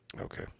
Okay